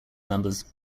members